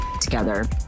together